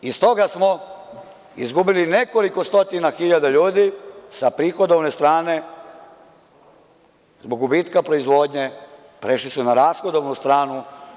Iz toga smo izgubili nekoliko stotina hiljada ljudi sa prihodovane strane, zbog gubitka proizvodnje prešli su na rashodovnu stranu.